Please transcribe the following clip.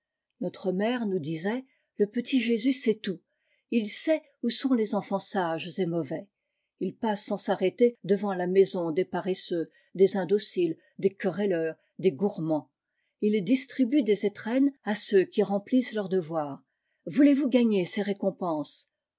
notre mère nous disait le petit jésus sait tout usait où sont les enfants sages et mauvais il passe sans s'arrêter devant lamaison des paresseux des indociles des querelleurs des gourmands et il distribue des étrennes à ceux qui remplissent leurs devoirs voulez-vous gagner ses récompenses